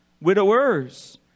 widowers